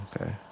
Okay